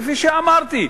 כפי שאמרתי,